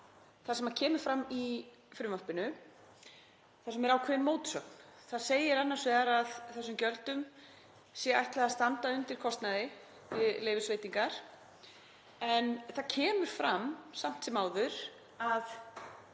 það sem kemur fram í frumvarpinu þar sem er ákveðin mótsögn. Þar segir annars vegar að þessum gjöldum sé ætlað að standa undir kostnaði við leyfisveitingar en það kemur fram samt sem áður að